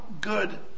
good